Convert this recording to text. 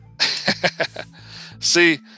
see